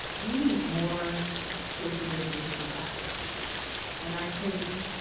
we need more safety mitigation tactics and i think.